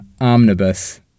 Omnibus